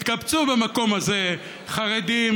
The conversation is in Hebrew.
התקבצו במקום הזה חרדים,